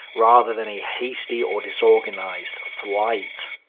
rather than a hasty or disorganized flight.